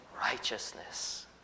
righteousness